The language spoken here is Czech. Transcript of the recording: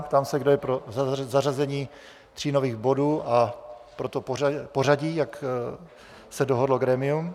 Ptám se, kdo je pro zařazení tří nových bodů a pro to pořadí, jak se dohodlo grémium.